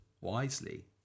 wisely